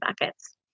buckets